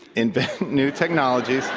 invent new technology